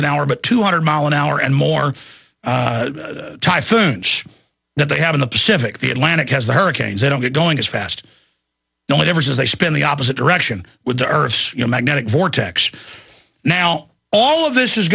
an hour but two hundred mile an hour and more typhoons that they have in the pacific the atlantic has the hurricanes they don't get going as fast no one ever does they spin the opposite direction with the earth's magnetic vortex now all of this is